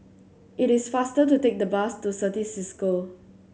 it is faster to take the bus to Certis Cisco